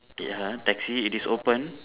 ya taxi it is open